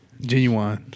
Genuine